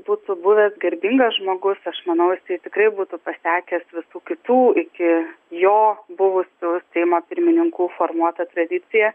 būtų buvęs garbingas žmogus aš manau jisai tikrai būtų pasekęs visų kitų iki jo buvusių seimo pirmininkų formuota tradicija